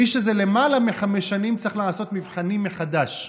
מי שזה למעלה מחמש שנים צריך לעשות מבחנים מחדש.